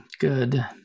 Good